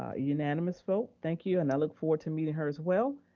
ah unanimous vote, thank you, and i look forward to meeting her as well.